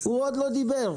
הוא עוד לא דיבר.